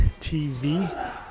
TV